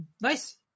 Nice